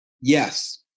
Yes